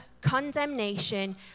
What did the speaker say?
condemnation